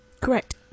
Correct